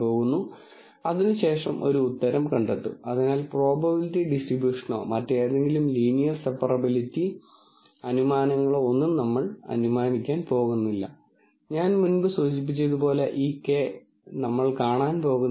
ചുരുക്കത്തിൽ ഡാറ്റാ സയൻസിൽ നമ്മൾക്ക് താൽപ്പര്യമുള്ള ഒരു തരം പ്രോബ്ലം ക്ലാസ്സിഫിക്കേഷൻ ആണ് കൂടാതെ ക്ലാസ്സിഫിക്കേഷൻ പ്രോബ്ളങ്ങൾ നോക്കുമ്പോൾ നമ്മൾ അഭിമുഖീകരിക്കാൻ പോകുന്ന വ്യത്യസ്ത തരത്തിലുള്ള വെല്ലുവിളികൾ ഇവിടെയുള്ള ഈ 2 ചിത്രങ്ങൾ കാണിക്കുന്നു